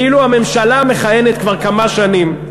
כאילו הממשלה מכהנת כבר כמה שנים,